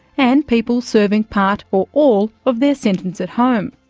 and people serving part or all of their sentence at home.